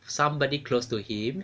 somebody close to him